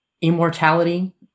immortality